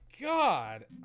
God